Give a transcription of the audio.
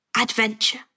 Adventure